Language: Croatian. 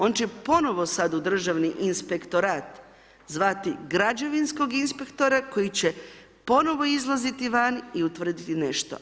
On će ponovo sada u Državi inspektorat zvati građevinskog inspektora koji će ponovo izlaziti van i utvrditi nešto.